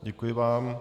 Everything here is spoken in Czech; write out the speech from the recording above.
Děkuji vám.